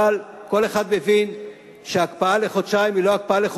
אבל, כל אחד מבין שהקפאה לחודשיים